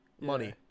Money